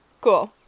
cool